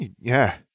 Yeah